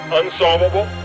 unsolvable